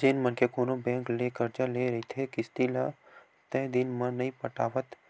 जेन मनखे कोनो बेंक ले करजा ले रहिथे किस्ती ल तय दिन म नइ पटावत